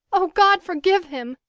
oh! god forgive him!